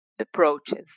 approaches